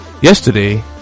Yesterday